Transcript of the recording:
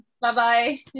Bye-bye